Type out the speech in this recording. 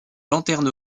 lanterne